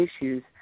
issues